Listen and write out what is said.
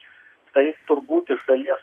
tai turbūt iš dalies